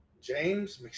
James